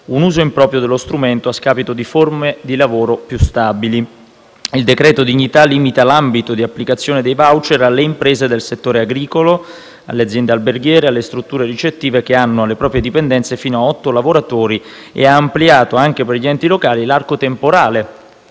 un uso improprio dello strumento, a scapito di forme di lavoro più stabili. Il decreto dignità limita l'ambito di applicazione dei *voucher* alle imprese del settore agricolo, alle aziende alberghiere e alle strutture ricettive, che hanno alle proprie dipendenze fino a otto lavoratori e ha ampliato anche per gli enti locali l'arco temporale